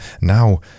Now